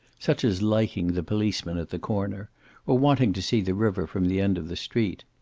such as liking the policeman at the corner or wanting to see the river from the end of the street.